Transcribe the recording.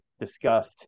discussed